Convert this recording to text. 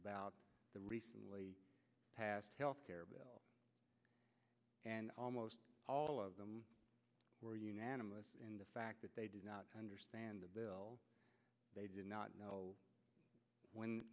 about the recently passed health care bill and almost all of them were unanimous in the fact that they did not understand the bill they did not know when